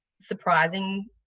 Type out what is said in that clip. surprising